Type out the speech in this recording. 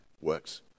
works